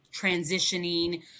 transitioning